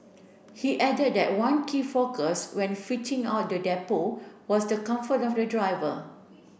he added that one key focus when fitting out the depot was the comfort of the driver